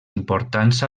importants